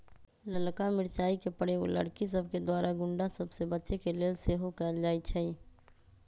ललका मिरचाइ के प्रयोग लड़कि सभके द्वारा गुण्डा सभ से बचे के लेल सेहो कएल जाइ छइ